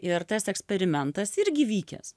ir tas eksperimentas irgi vykęs